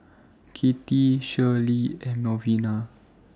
Kattie Shirlie and Malvina